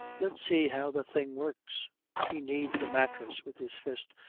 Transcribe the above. let's see how the thing works he kneads the mattress with his fist,